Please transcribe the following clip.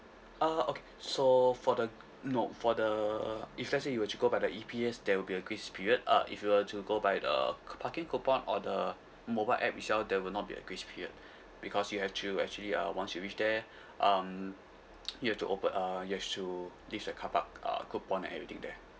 uh okay so for the no for the if let's say you were to go by the E_P_S there will be a grace period uh if you were to go by the c~ parking coupon or the mobile app itself there will not be a grace period because you have to actually uh once you reach there um you have to ope~ uh you have to leave the car park uh coupon and everything there